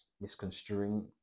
misconstruing